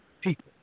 people